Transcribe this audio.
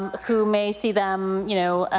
who may see them, you know,